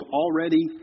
already